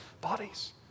bodies